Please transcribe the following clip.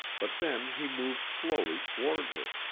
but then he moved slowly toward her,